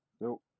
no